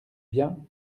bien